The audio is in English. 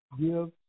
give